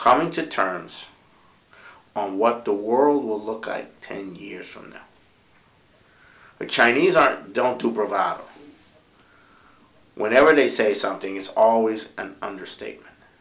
coming to terms on what the world will look like ten years from now when chinese are don't do bravado whenever they say something is always an understatement